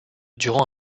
durant